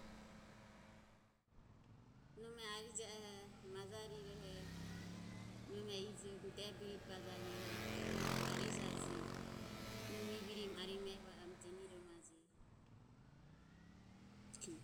Nome arije oho maja riroho nome iromo de birire baja rue i oho varijaje. Nome e biriri voromo ariromo ehi va o jeni romajeje.